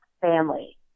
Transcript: family